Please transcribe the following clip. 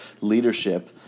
leadership